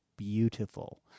Beautiful